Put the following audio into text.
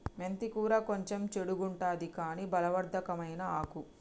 మెంతి కూర కొంచెం చెడుగుంటది కని బలవర్ధకమైన ఆకు